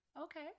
okay